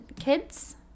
kids